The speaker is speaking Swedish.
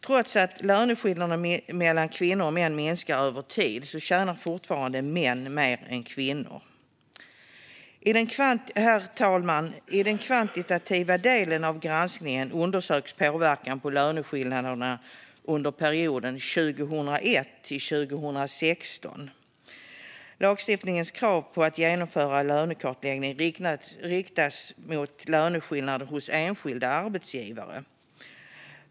Trots att löneskillnaderna mellan kvinnor och män minskat över tid tjänar fortfarande män mer än kvinnor. Herr talman! I den kvantitativa delen av granskningen undersöks påverkan på löneskillnaderna under perioden 2001-2016. Lagstiftningens krav på att genomföra lönekartläggning riktas mot löneskillnader hos enskilda arbetsgivare.